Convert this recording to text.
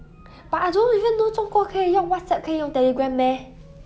but I don't even know 中国可以用 WhatsApp 可以用 telegram meh